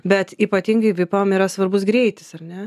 bet ypatingai vipam yra svarbus greitis ar ne